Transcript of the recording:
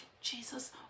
Jesus